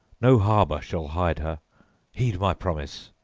no harbor shall hide her heed my promise!